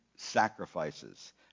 sacrifices